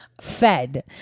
fed